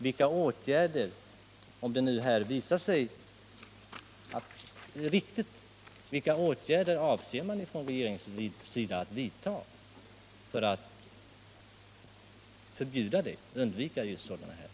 Vilka åtgärder — om nu detta visar sig vara riktigt — avser man att vidta från regeringens sida för att undvika sådana inslag?